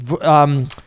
um-